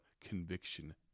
conviction